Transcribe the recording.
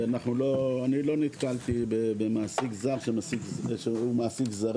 אני לא נתקלתי במעסיק זר שהוא מעסיק זרים.